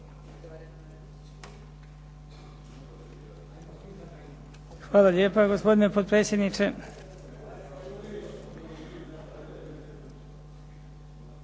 Hvala lijepa gospodine potpredsjedniče. Pa